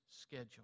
schedule